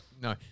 no